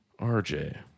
RJ